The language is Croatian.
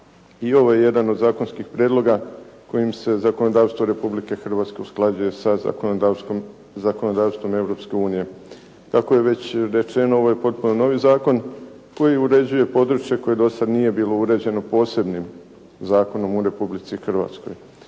I ovo je jedan od zakonskih prijedloga kojim se zakonodavstvo Republike Hrvatske usklađuje sa zakonodavstvom Europske unije. Dakle već rečeno, ovo je potpuno novi zakon koji uređuje područje koje do sada nije bilo uređeno posebnim zakonom u Republici Hrvatskoj.